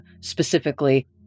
specifically